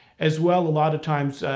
as well, a lot of times,